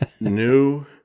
new